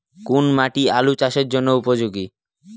কোন মাটি আলু চাষের জন্যে উপযোগী?